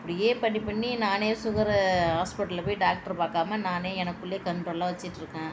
இப்படியே பண்ணி பண்ணி நானே சுகரை ஹாஸ்பிட்டலில் போய் டாக்டரை பார்க்காம நானே எனக்குள்ளே கண்ட்ரோலாக வச்சுட்டு இருக்கேன்